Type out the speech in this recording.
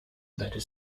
better